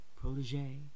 protege